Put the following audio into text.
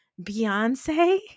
beyonce